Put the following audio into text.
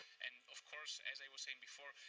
and of course, as i was saying before,